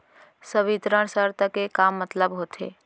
संवितरण शर्त के का मतलब होथे?